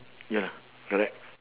ya correct